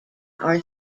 are